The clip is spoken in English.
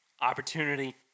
Opportunity